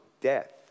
death